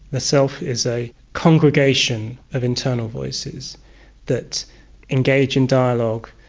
the self is a congregation of internal voices that engage in dialogue.